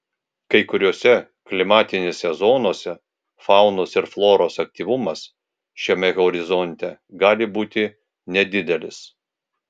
kai kuriose klimatinėse zonose faunos ir floros aktyvumas šiame horizonte gali būti nedidelis